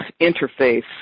interface